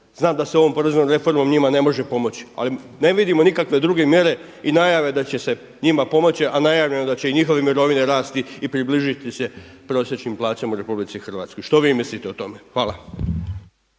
znam da se ovom poreznom reformom njima ne može pomoći ali ne vidimo nikakve druge mjere i najave da će se njima pomoći a najavljeno je da će i njihove mirovine rasti i približiti se prosječnim plaćama u RH. Što vi mislite o tome? Hvala.